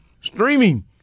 Streaming